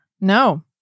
No